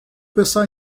pensar